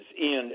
end